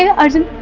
yeah arjun,